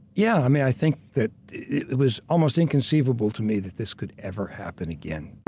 yeah, i mean, i think that it was almost inconceivable to me that this could ever happen again.